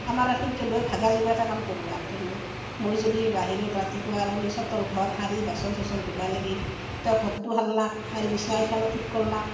আমাৰ আৰু সিনকে দুয়ো ভাগা জোগাকে কাম কৰোঁ আৰ তাৰমানে মই যদি বাহিৰত ৰাতিপুৱা ওলাই চোতাল ঘৰ সাৰি বাচন চাচন ধুবা লাগিল তেওঁ ঘৰতো সাৰলাক সাৰি বিচনা কেইখানো ঠিক কৰলাক